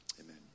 Amen